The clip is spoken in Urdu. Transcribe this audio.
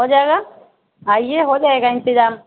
ہو جائے گا آئیے ہو جائے گا انتظام